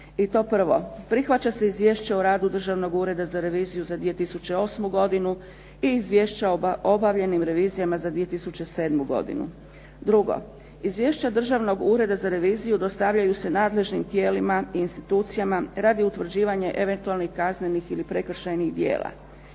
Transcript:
I to prvo, prihvaća se Izvješće o radu Državnog ureda za reviziju za 2008. godinu i Izvješće o obavljenim revizijama za 2007. godinu. Drugo, izvješća Državnog ureda za reviziju dostavljaju se nadležnim tijelima i institucijama radi utvrđivanja eventualnih kaznenih ili prekršajnih djela.